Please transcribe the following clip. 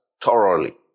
thoroughly